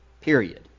period